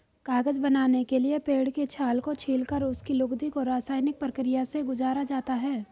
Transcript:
कागज बनाने के लिए पेड़ के छाल को छीलकर उसकी लुगदी को रसायनिक प्रक्रिया से गुजारा जाता है